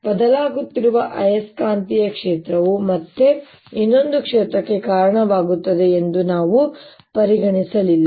ಬದಲಾಗುತ್ತಿರುವ ಆಯಸ್ಕಾಂತೀಯ ಕ್ಷೇತ್ರವು ಮತ್ತೆ ಇನ್ನೊಂದು ಕ್ಷೇತ್ರಕ್ಕೆ ಕಾರಣವಾಗುತ್ತದೆ ಎಂದು ನಾವು ಪರಿಗಣಿಸಲಿಲ್ಲ